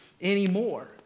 anymore